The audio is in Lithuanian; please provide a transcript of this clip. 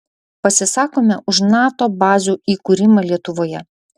pasisakome už nato bazių įkūrimą lietuvoje